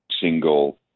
single